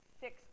six